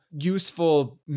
useful